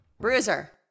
Bruiser